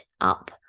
up